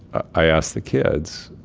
i ask the kids,